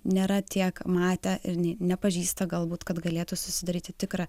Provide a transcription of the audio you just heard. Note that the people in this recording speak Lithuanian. nėra tiek matę ir nė nepažįsta galbūt kad galėtų susidaryti tikrą